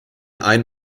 ein